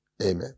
Amen